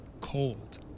cold